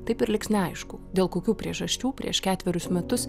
taip ir liks neaišku dėl kokių priežasčių prieš ketverius metus